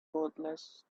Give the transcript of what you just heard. cordless